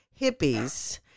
hippies